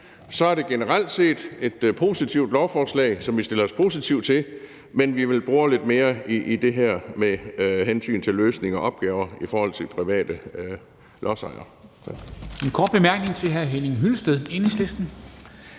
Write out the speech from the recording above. det er det generelt set et positivt lovforslag, som vi stiller os positive over for. Men vi vil bore lidt mere i det her med hensyn til løsning af opgaver i forhold til private lodsejere.